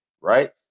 right